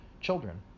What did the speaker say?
children